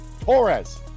Torres